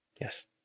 Yes